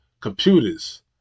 computers